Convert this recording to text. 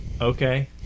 okay